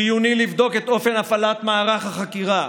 חיוני לבדוק את אופן הפעלת מערך החקירה,